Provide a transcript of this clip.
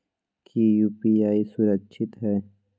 की यू.पी.आई सुरक्षित है?